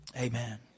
amen